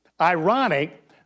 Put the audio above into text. ironic